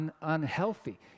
unhealthy